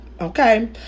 Okay